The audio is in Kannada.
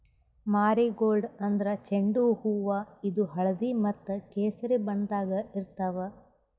ಮಾರಿಗೋಲ್ಡ್ ಅಂದ್ರ ಚೆಂಡು ಹೂವಾ ಇದು ಹಳ್ದಿ ಮತ್ತ್ ಕೆಸರಿ ಬಣ್ಣದಾಗ್ ಇರ್ತವ್